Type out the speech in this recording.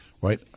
Right